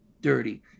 dirty